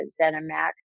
Zenimax